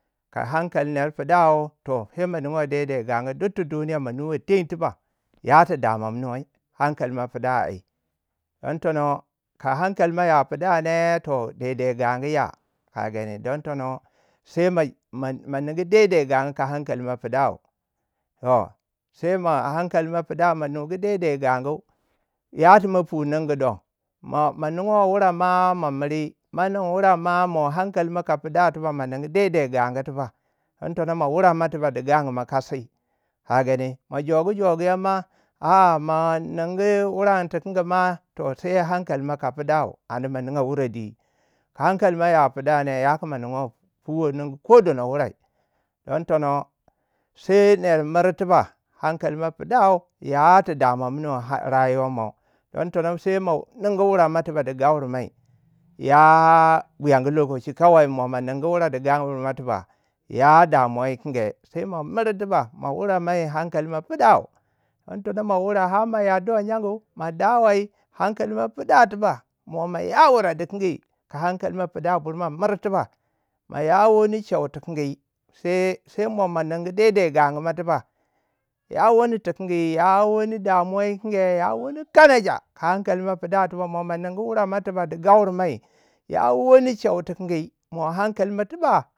ka hankali ner pidau. toh sai mo ninga daidai gangu, duk tu duniyau. ma nuwi teng tuba. ya ti dama miniwai hankali mo pidau digin tono ka hankali mo ya pida ne. toh dede gangu ya. Kagani. don tono, sai ma- ma- ma ningu deidei gangu ka hankali mo pidau. Toh sai mo hankali mo pidau, mo nugu daidai gangu. Yati ma pui ningu don. mo maningu wai wure ma, mamiri kamanin ware ma mo hankali mo ka pida tuba ma ningu dede gangu tiba. don tono, ma wure mai di gangumau kasi. ka gani ma jogu jogu yau ma. a- a ma ningu wuren tiking ma toh sai hankali mo ka pidau. ani ma ninga wurei di. Ka hankali mo ya pidau ne yaku ma nuwoi puwoi ningu ko dono wuri. Don tono. sai ner miri tiba hankali mau pidau ya ti damumminwai har rayuwa mo da tono sai mo ningu wureimo tiba di gaure mai. ya- a buyagu lokaci kawai mo ma ningu wure di gangu mo tiba. Ya damuwa yikinge. sai ma miri tiba ma wuremai hankali mai pidau. Don tono ma wurei har mo yurduwai nyengu ma da wai. hankali ma pida tiba mo ma ya wure dikingi ka hankali mo pidau bur mo wur tuna. Mo ya wani che tikingi. sai- sai mo ma ningu dekdek gangu mo tiba. Ya wani ti kingi. ya wani damuwa ti kinge. ya wani kanacha. hankali mo pida tiba. mo ma ningu wurei ma tiba. di gaurei mai. Ya wani che dikingi. mo hankali mo tiba.